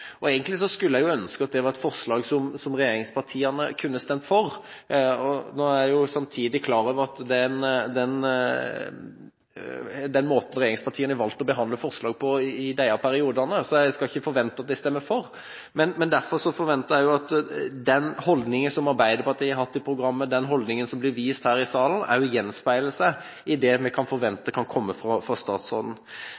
Egentlig skulle jeg ønske at det var et forslag som regjeringspartiene kunne stemt for. Nå er jeg samtidig klar over den måten regjeringspartiene har valgt å behandle forslag på i disse periodene, så jeg skal ikke forvente at de stemmer for, men jeg forventer at den holdningen som Arbeiderpartiet har hatt i programmet, den holdningen som blir vist her i salen, også gjenspeiler seg i det som kommer fra statsråden. Men samtidig som vi